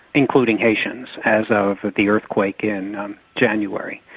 including haitians as over the earthquake in january.